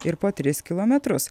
ir po tris kilometrus